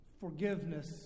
Forgiveness